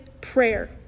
prayer